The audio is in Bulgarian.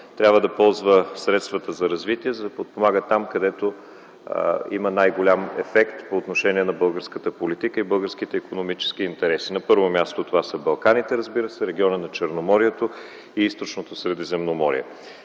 трябва да ползва средствата за развитие, за да подпомага там, където има най-голям ефект по отношение на българската политика и българските икономически интереси. На първо място това са Балканите, региона на Черноморието и Източното Средиземноморие.